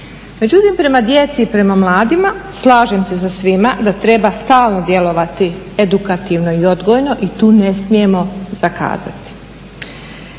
Međutim, prema djeci i prema mladima slažem se sa svima da treba stalno djelovati edukativno i odgojno i tu ne smijemo zakazati.